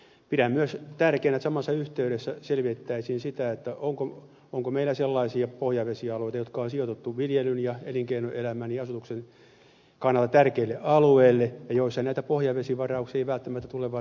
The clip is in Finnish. pidän myös tärkeänä että samassa yhteydessä selvitettäisiin sitä onko meillä sellaisia pohjavesialueita jotka on sijoitettu viljelyn ja elinkeinoelämän ja asutuksen kannalta tärkeille alueille ja joissa näitä pohjavesivarauksia ei välttämättä tulevaisuudessa tarvita